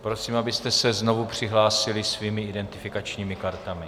Prosím, abyste se znovu přihlásili svými identifikačními kartami.